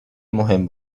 مهم